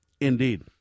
indeed